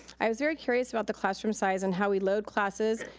i was very curious about the classroom size and how we load classes,